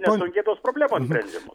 nesunkiai tos problemos sprendžiamos